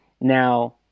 Now